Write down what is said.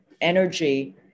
energy